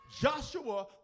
Joshua